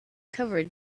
covered